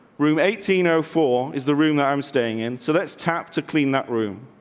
room eighteen ah four is the room that i'm staying in, so that's tapped to clean that room.